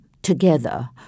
together